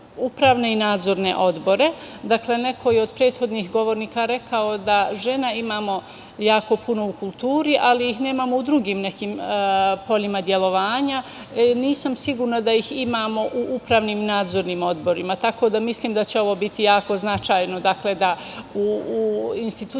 upravne i nadzorne odbore, neko je od prethodnih govornika rekao da žena imamo jako puno u kulturi, ali ih nemamo u drugim nekim poljima delovanja, nisam sigurna da ih imamo u upravnim i nadzornim odborima, tako da mislim da će ovo biti jako značajno, da u institucijama